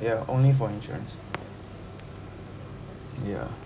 ya only for insurance ya